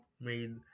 made